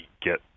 get